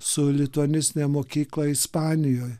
su lituanistine mokykla ispanijoj